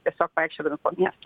tiesiog vaikščiodami po miestą